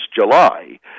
July